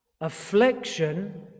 affliction